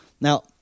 Now